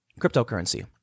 Cryptocurrency